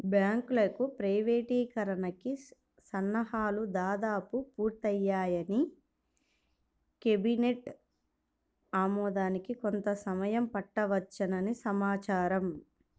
బ్యాంకుల ప్రైవేటీకరణకి సన్నాహాలు దాదాపు పూర్తయ్యాయని, కేబినెట్ ఆమోదానికి కొంత సమయం పట్టవచ్చని సమాచారం